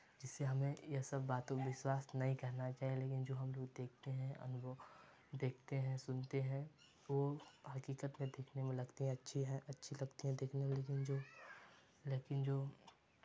जिससे हमें ये सब बातों पे विश्वास नहीं करना चाहिए लेकिन जो हमलोग देखते हैं अनुभव देखते हैं सुनते हैं वो हकीकत में देखने में लगती अच्छी है अच्छी लगती है देखने में लेकिन जो लेकिन जो